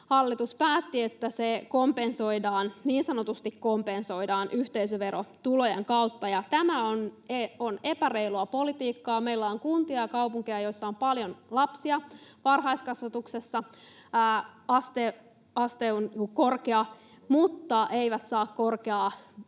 hallitus päätti, että se kompensoidaan — niin sanotusti kompensoidaan — yhteisöverotulojen kautta, ja tämä on epäreilua politiikkaa. Meillä on kuntia ja kaupunkeja, joissa on paljon lapsia varhaiskasvatuksessa. Aste on korkea, mutta ne eivät saa korkeaa